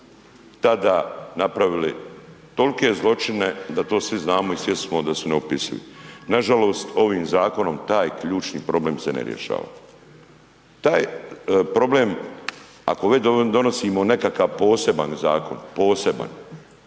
tada napravili tolke zločine da to svi znamo i svjesni smo da su neopisivi. Nažalost ovim zakonom taj ključni problem se ne rješava. Taj problem ako već donosimo nekakav poseban zakon, poseban,